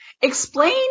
explain